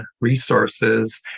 resources